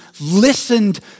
listened